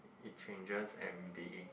it changes everyday